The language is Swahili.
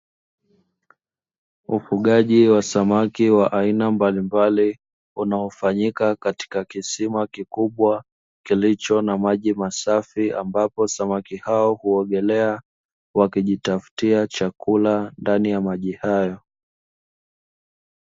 Ufugaji wa samaki wa aina mbalimbali unaofanyika katika kisima kikubwa kilicho na maji masafi. Ambapo samaki hao uogelea wakijitafutia chakula ndani ya maji hayo.